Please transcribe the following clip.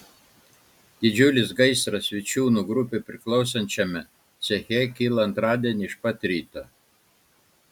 didžiulis gaisras vičiūnų grupei priklausančiame ceche kilo antradienį iš pat ryto